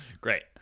Great